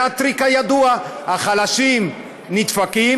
זה הטריק הידוע: החלשים נדפקים,